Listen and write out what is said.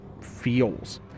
feels